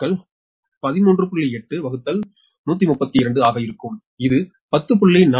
8132 ஆக இருக்கும் இது 10